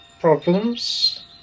problems